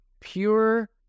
pure